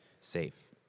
safe